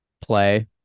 play